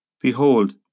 Behold